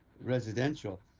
residential